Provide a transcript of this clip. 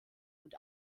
und